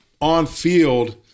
on-field